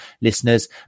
listeners